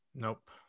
Nope